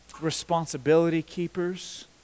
responsibility-keepers